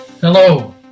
Hello